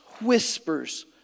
whispers